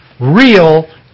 real